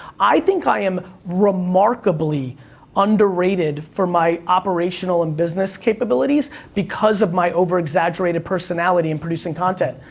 i think i am remarkably underrated for my operational and business capabilities because of my over-exaggerated personality in producing content,